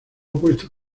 puesto